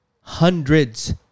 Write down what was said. hundreds